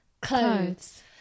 clothes